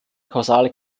kausale